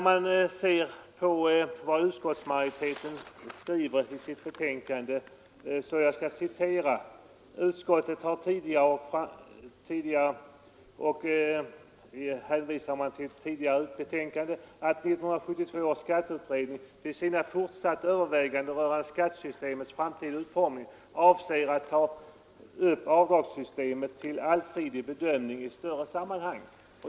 Med hänvisning till förra årets betänkande säger utskottsmajoriteten ”att 1972 års skatteutredning vid sina fortsatta överväganden rörande skattesystemets framtida utformning avser att ta upp avdragssystemet till allsidig bedömning i sitt större sammanhang”.